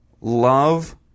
love